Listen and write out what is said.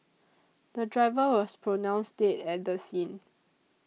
the driver was pronounced dead at the scene